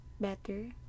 better